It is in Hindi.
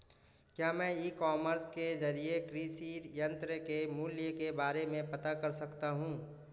क्या मैं ई कॉमर्स के ज़रिए कृषि यंत्र के मूल्य के बारे में पता कर सकता हूँ?